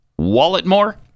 Walletmore